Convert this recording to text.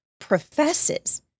professes